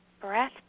breath